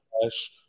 flash